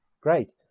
great